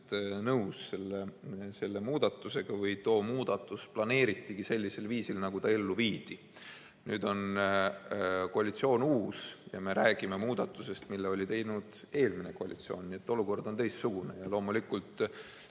nõus selle muudatusega ja too muudatus planeeritigi teha viisil, nagu see ellu viidi. Nüüd on koalitsioon uus ja me räägime muudatusest, mille oli teinud eelmine koalitsioon. Nii et olukord on teistsugune. Sellises